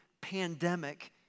pandemic